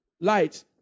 Light